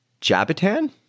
Jabatan